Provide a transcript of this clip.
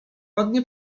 ładnie